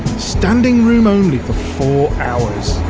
standing room only for four hours!